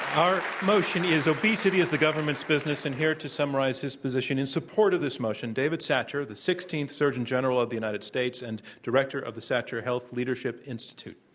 our motion is obesity is the government's business, and here to summarize his position in support of this motion, david satcher, the sixteenth surgeon general of the united states and director of the satcher health leadership institute.